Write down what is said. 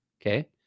okay